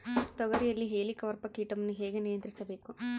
ತೋಗರಿಯಲ್ಲಿ ಹೇಲಿಕವರ್ಪ ಕೇಟವನ್ನು ಹೇಗೆ ನಿಯಂತ್ರಿಸಬೇಕು?